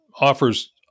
offers